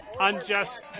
unjust